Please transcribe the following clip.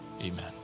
amen